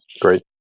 Great